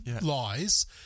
lies